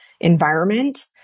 environment